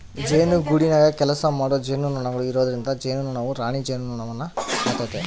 ಜೇನುಗೂಡಿನಗ ಕೆಲಸಮಾಡೊ ಜೇನುನೊಣಗಳು ಇರೊದ್ರಿಂದ ಜೇನುನೊಣವು ರಾಣಿ ಜೇನುನೊಣವಾತತೆ